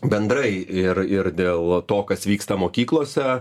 bendrai ir ir dėl to kas vyksta mokyklose